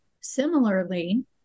Similarly